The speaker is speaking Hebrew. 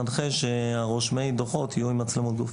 ננחה שרושמי הדוחות יהיו עם מצלמות גוף.